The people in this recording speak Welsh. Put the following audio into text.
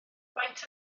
faint